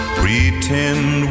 pretend